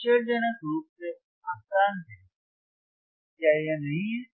आश्चर्यजनक रूप से आसान है क्या यह नहीं है